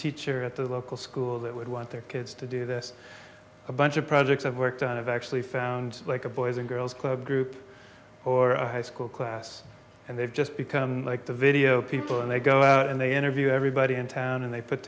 teacher at the local school that would want their kids to do this a bunch of projects i've worked on have actually found like a boys or girls club group or a high school class and they've just become like the video people and they go out and they interview everybody in town and they put